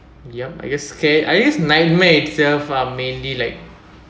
yup I get scared I guess nightmare itself are mainly like